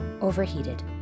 overheated